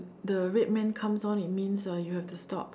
the red man comes on it means uh you have to stop